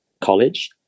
college